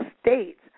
States